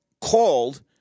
called –